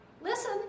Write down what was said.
Listen